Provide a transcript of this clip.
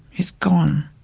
it's gone.